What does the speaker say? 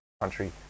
country